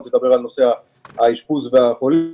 תדבר על נושא האשפוז והחולים,